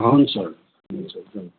हुन्छ हुन्छ